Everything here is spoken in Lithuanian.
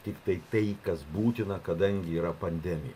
tiktai tai kas būtina kadangi yra pandemija